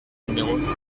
numéro